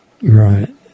Right